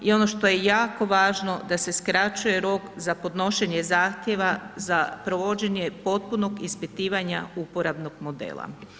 I ono što je jako važno da se skraćuje rok za podnošenje zahtjeva za provođenje potpunog ispitivanja uporabnog modela.